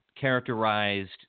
characterized